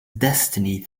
destiny